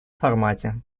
формате